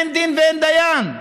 אין דין ואין דיין.